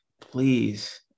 please